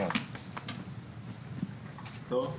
בוקר טוב,